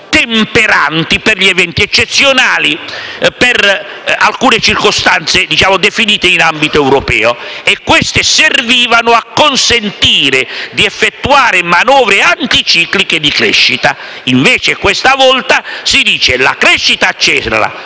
di eventi eccezionali, per alcune circostanze definite in ambito europeo e che queste servivano a consentire di effettuare manovre anticicliche di crescita; invece, questa volta si dice che la crescita accelera, però